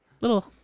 Little